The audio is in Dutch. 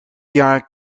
jaar